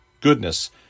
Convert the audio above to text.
goodness